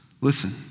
Listen